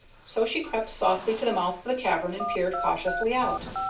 so she crept softly to the mouth of the cavern and peered cautiously out.